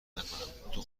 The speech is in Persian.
نکنم، تو